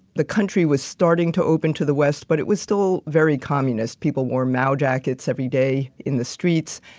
the country was starting to open to the west, but it was still very communist people wore mao jackets every day in the streets.